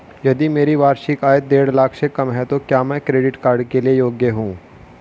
यदि मेरी वार्षिक आय देढ़ लाख से कम है तो क्या मैं क्रेडिट कार्ड के लिए योग्य हूँ?